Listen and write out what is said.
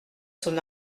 son